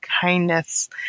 kindness